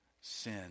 sin